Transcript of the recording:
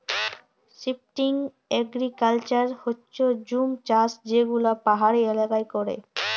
shifting agriculture হচ্যে জুম চাষ যে গুলা পাহাড়ি এলাকায় ক্যরে